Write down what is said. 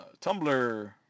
Tumblr